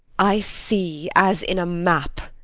i see, as in a map,